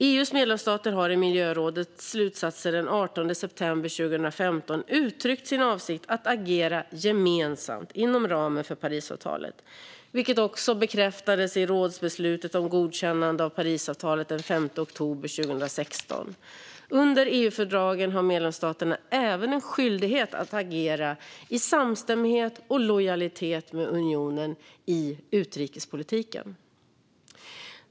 EU:s medlemsstater har i miljörådets slutsatser den 18 september 2015 uttryckt sin avsikt att agera gemensamt inom ramen för Parisavtalet, vilket också bekräftades i rådsbeslutet om godkännande av Parisavtalet den 5 oktober 2016. Under EU-fördragen har medlemsstaterna även en skyldighet att agera "i samstämmighet och lojalitet" med unionen i utrikespolitiken.